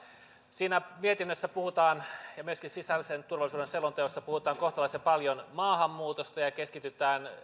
siinä mietinnössä puhutaan ja myöskin sisäisen turvallisuuden selonteossa puhutaan kohtalaisen paljon maahanmuutosta ja ja keskitytään